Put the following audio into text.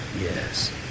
yes